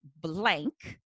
blank